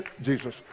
Jesus